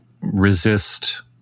resist